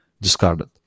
discarded